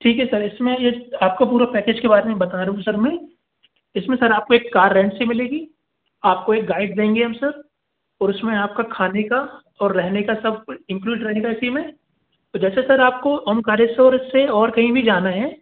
ठीक है सर इस में ये आपको पूरा पैकेज के बारे में बता रहा हूँ सर मैं इस में सर आपको एक कार रेंट से मिलेगी आपको एक गाइड देंगे हम सर और उस में आपका खाने का और रहने का सब इंक्लूड रहेगा इसी में तो जैसे सर आपको ओमरालेश्वर से और कहीं भी जाना है